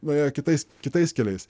nuėjo kitais kitais keliais